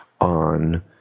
on